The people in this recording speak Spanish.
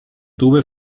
tuve